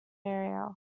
area